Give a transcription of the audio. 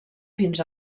fins